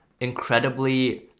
incredibly